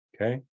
okay